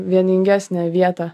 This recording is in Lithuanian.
vieningesnę vietą